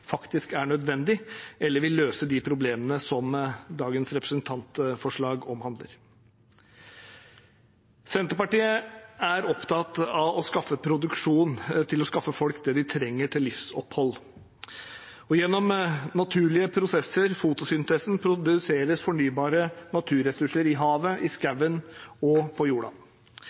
faktisk er nødvendig eller vil løse de problemene som dagens representantforslag omhandler. Senterpartiet er opptatt av å skaffe produksjon til å skaffe folk det de trenger til livsopphold. Gjennom naturlige prosesser, fotosyntesen, produseres fornybare naturressurser i havet, i skogen og på jorda.